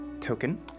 token